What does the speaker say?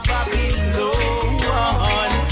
Babylon